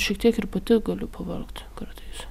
šiek tiek ir pati galiu pavargt kartais